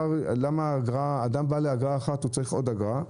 למה אדם ששילם אגרה אחת צריך לשלם עוד אגרה?